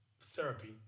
therapy